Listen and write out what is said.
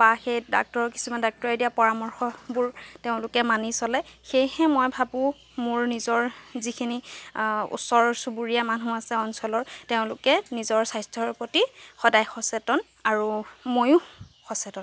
বা সেই ডাক্টৰ কিছুমান ডাক্টৰে দিয়া পৰামৰ্শবোৰ তেওঁলোকে মানি চলে সেয়েহে মই ভাবো মোৰ নিজৰ যিখিনি ওচৰ চুবুৰীয়া মানুহ আছে অঞ্চলৰ তেওঁলোকে নিজৰ স্বাস্থ্যৰ প্ৰতি সদায় সচেতন আৰু ময়ো সচেতন